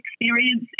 experience